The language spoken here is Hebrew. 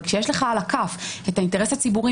אבל כשיש לך על הכף את האינטרס הציבורי